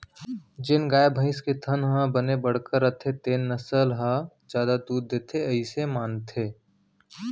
जेन गाय, भईंस के थन ह बने बड़का रथे तेन नसल ह जादा दूद देथे अइसे मानथें